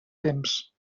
temps